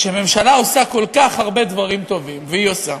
כשממשלה עושה כל כך הרבה דברים טובים, והיא עושה,